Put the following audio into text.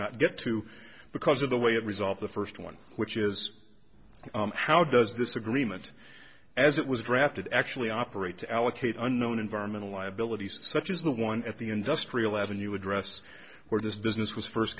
not get to because of the way it resolved the first one which is how does this agreement as it was drafted actually operate to allocate unknown environmental liabilities such as the one at the industrial avenue address where this business was first